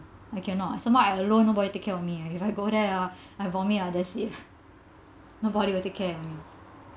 I cannot some more I alone nobody take care of me ah if I go there ah I vomit ah that's it nobody will take care of me